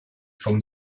vom